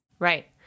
Right